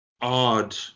odd